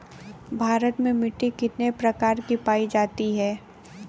भारत में मिट्टी कितने प्रकार की पाई जाती हैं?